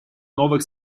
новых